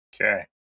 Okay